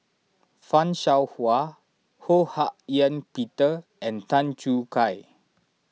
Fan Shao Hua Ho Hak Ean Peter and Tan Choo Kai